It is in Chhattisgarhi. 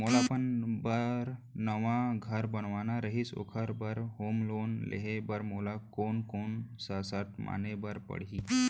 मोला अपन बर नवा घर बनवाना रहिस ओखर बर होम लोन लेहे बर मोला कोन कोन सा शर्त माने बर पड़ही?